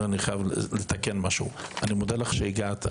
אני חייב לתקן משהו: אני מודה לך שהגעת,